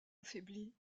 affaiblie